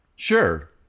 Sure